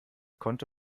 konnte